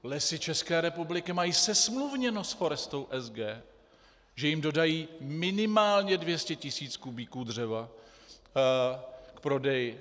Lesy České republiky mají zesmluvněno s Forestou SG, že jim dodají minimálně 200 tisíc kubíků dřeva k prodeji.